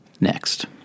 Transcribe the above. Next